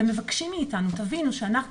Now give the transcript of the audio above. מה שהם מבקשים מאיתנו זה 'תבינו שאנחנו